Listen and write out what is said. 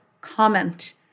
comment